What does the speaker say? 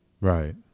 right